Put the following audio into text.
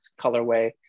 colorway